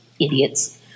Idiots